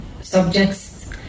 subjects